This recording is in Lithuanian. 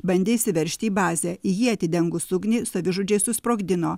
bandė įsiveržti į bazę į jį atidengus ugnį savižudžiai susiprogdino